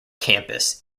campus